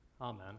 Amen